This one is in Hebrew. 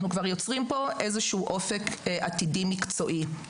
אנחנו כבר יוצרים פה איזשהו אופק עתידי מקצועי.